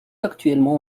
actuellement